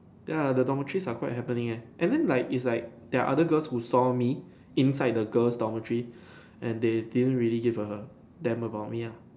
ya the dormitories are quite happening eh and then like is like there are other girls who saw me inside the girls' dormitory and they didn't really give a damn about me lah